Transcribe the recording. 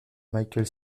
michael